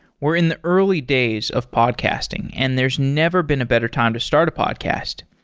we're in the early days of podcasting, and there's never been a better time to start a podcast.